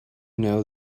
know